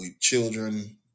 children